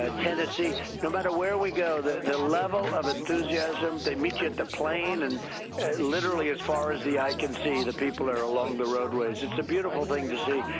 ah tennessee. no matter where we go, the the level of enthusiasm, they meet you at the plane and literally as far as the eye can see, the people that are along the roadways. it's a beautiful thing to see.